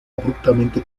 abruptamente